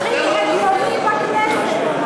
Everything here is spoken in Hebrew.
הכי הגיוני בכנסת.